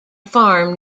farm